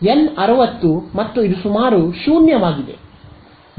N 60 ಮತ್ತು ಇದು ಸುಮಾರು 0 ಆಗಿದೆ